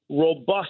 robust